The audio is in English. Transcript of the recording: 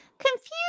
confused